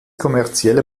kommerzielle